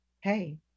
hey